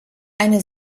eine